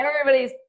Everybody's